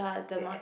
the act